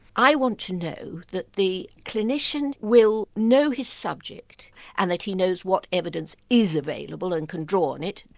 i want to know that the clinician will know his subject and that he knows what evidence is available and can draw on it.